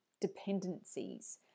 dependencies